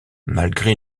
malgré